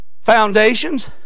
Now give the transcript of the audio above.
foundations